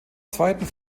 zweiten